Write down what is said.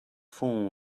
fall